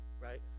Right